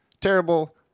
Terrible